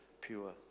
pure